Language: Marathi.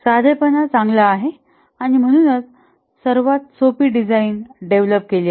साधेपणा चांगला आहे आणि म्हणूनच सर्वात सोपी डिझाईन डेव्हलप केले आहे